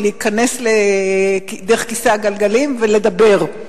להיכנס בכיסא הגלגלים ולדבר.